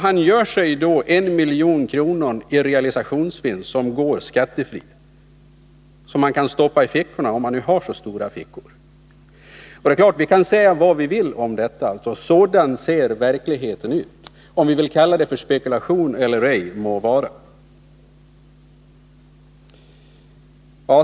Han gör sig då 1 milj.kr. i skattefri realisationsvinst, som han kan stoppa i fickorna, om han nu har så stora fickor. Vi kan säga vad vi vill om detta, men sådan ser verkligheten ut. Om vi vill kalla det för spekulation eller ej må vara.